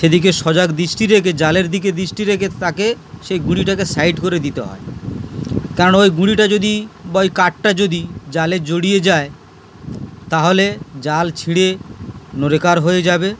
সেদিকে সজাগ দৃষ্টি রেখে জালের দিকে দৃষ্টি রেখে তাকে সেই গুঁড়িটাকে সাইড করে দিতে হয় কারণ ওই গুঁড়িটা যদি বা ওই কাঠটা যদি জালে জড়িয়ে যায় তাহলে জাল ছিঁড়ে নড়ে কাত হয়ে যাবে